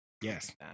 yes